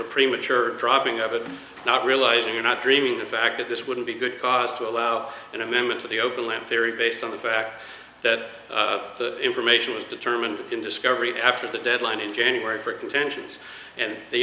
a premature dropping of it not realizing you're not dreaming the fact that this wouldn't be a good cause to allow an amendment to the open land theory based on the fact that the information was determined in discovery after the deadline in january for contentions and the